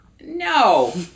No